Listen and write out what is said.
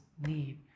need